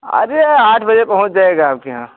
अरे आठ बजे पहुँच जाएगा आपके यहाँ